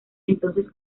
entonces